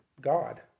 God